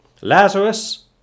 Lazarus